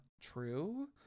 true